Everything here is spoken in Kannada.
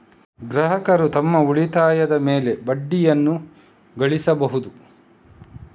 ಗ್ರಾಹಕರು ತಮ್ಮ ಉಳಿತಾಯದ ಮೇಲೆ ಬಡ್ಡಿಯನ್ನು ಗಳಿಸಬಹುದು